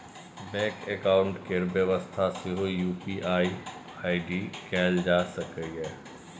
bank account केर बेबस्था सेहो यु.पी.आइ आइ.डी कएल जा सकैए